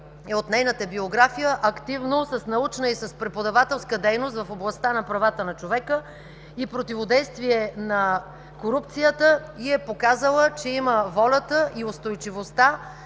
от нейната биография, активно с научна и с преподавателска дейност в областта на правата на човека и противодействие на корупцията, и е показала, че има волята и устойчивостта